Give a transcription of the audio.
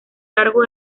cargo